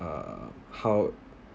uh how